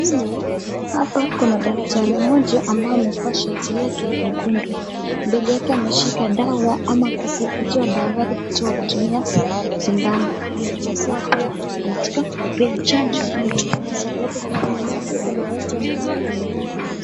Hapa kuna daktari mmoja ambaye amevaa shati lake nyekundu. Mbele yake ameshika dawa ama kutoa dawa kutoa kutumia sindano. Amefungua anataka kupea chanjo mtu. Alafu kwa nyuma yake kuna watu wamepanga laini.